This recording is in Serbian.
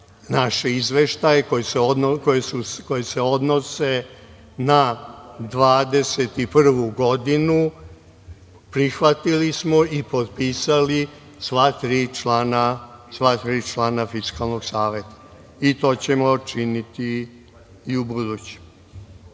naše izveštaje koji se odnose na 2021. godinu prihvatili smo i potpisali sva tri člana Fiskalnog saveta i to ćemo činiti i ubuduće. Toliko